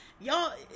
y'all